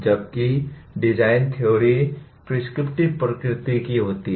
जबकि design theory prescriptive प्रकृति की होती है